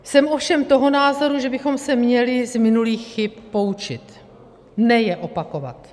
Jsem ovšem toho názoru, že bychom se měli z minulých chyb poučit, ne je opakovat.